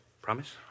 Promise